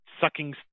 sucking